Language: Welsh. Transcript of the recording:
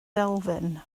elfyn